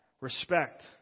respect